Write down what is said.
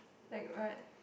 like what